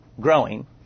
growing